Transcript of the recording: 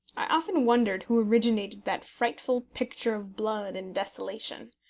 i often wondered who originated that frightful picture of blood and desolation.